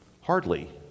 Hardly